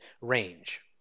range